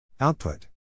Output